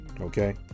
Okay